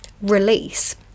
release